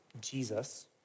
Jesus